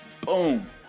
Boom